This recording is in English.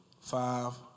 Five